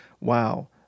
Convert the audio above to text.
Wow